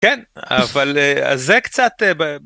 כן אבל זה קצת.